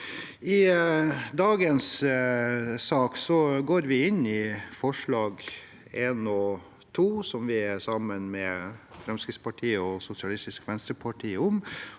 I dagens sak går vi inn i forslag nr. 1 og 2, som vi er sammen med Fremskrittspartiet og Sosialistisk Venstreparti om.